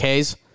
Ks